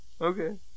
okay